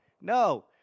no